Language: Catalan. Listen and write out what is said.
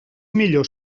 millor